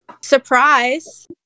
surprise